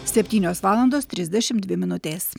septynios valandos trisdešim dvi minutės